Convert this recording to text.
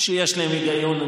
שיש בהם היגיון.